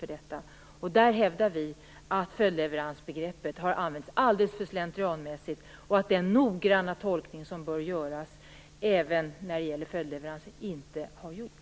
Vi i Vänsterpartiet hävdar att följdleveransbegreppet har använts alldeles för slentrianmässigt och att den noggranna tolkning som bör göras även när det gäller följdleveranser inte har gjorts.